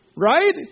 Right